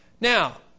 Now